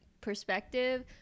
perspective